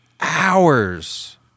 hours